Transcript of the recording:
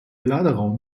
laderaum